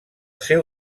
seu